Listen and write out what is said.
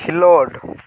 ᱠᱷᱮᱞᱳᱰ